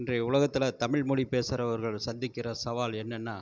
இன்றைய உலகத்தில் தமிழ்மொழி பேசறவர்கள் சந்திக்கிற சவால் என்னன்னா